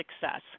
success